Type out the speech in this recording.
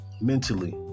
mentally